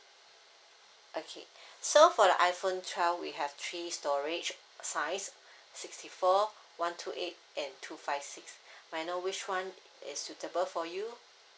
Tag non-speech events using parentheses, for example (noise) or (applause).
okay (breath) so for the iPhone twelve we have three storage size sixty four one two eight and two five six (breath) may I know which one is suitable for you